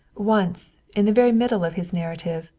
once, in the very middle of his narrative,